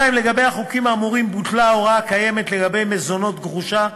לגבי החוקים האמורים בוטלה ההוראה הקיימת לגבי מזונות גרושה,